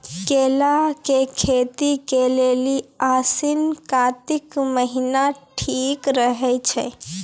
केला के खेती के लेली आसिन कातिक महीना ठीक रहै छै